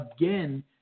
again